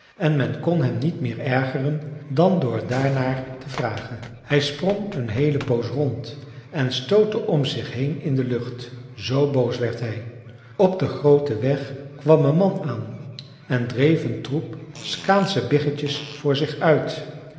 en men kon hem niet meer ergeren dan door daarnaar te vragen hij sprong een heele poos rond en stootte om zich heen in de lucht z boos werd hij op den grooten weg kwam een man aan en dreef een troep skaansche biggetjes voor zich uit